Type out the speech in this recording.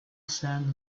sand